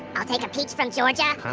i'll take a peach from georgia,